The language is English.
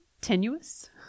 tenuous